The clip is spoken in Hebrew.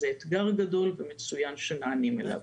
זה אתגר גדול, ומצוין שנענים אליו.